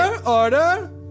order